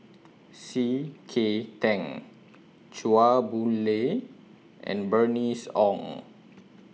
C K Tang Chua Boon Lay and Bernice Ong